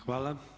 Hvala.